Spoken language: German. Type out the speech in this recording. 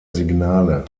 signale